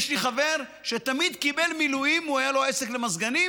יש לי חבר שהיה לו עסק למזגנים